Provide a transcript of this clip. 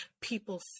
people